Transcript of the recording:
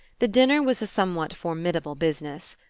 the dinner was a somewhat formidable business.